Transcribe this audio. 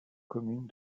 commune